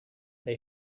they